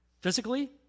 physically